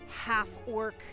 half-orc